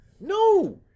No